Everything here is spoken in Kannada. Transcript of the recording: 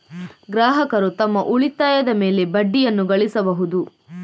ಗ್ರಾಹಕರು ತಮ್ಮ ಉಳಿತಾಯದ ಮೇಲೆ ಬಡ್ಡಿಯನ್ನು ಗಳಿಸಬಹುದು